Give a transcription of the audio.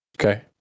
Okay